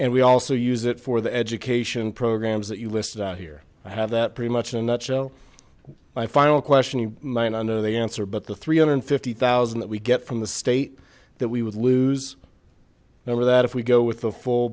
and we also use it for the education programs that you listed out here i have that pretty much in a nutshell my final question you might not know the answer but the three hundred and fifty thousand that we get from the state that we would lose remember that if we go with the full